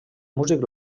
músic